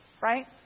right